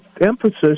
emphasis